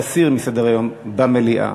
להסיר מסדר-היום במליאה,